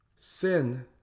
sin